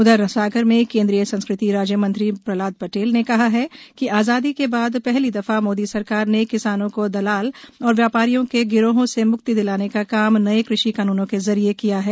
वहीं सागर में केंद्रीय संस्कृति राज्य मंत्री प्रहलाद पटेल ने कहा है कि आजादी के बाद पहली दफा मोदी सरकार ने किसानों को दलाल और व्यापारियों के गिरोहों से म्क्ति दिलाने का काम नए कृषि कानूनों के जरिये किया है